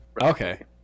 Okay